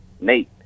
Nate